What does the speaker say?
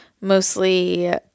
mostly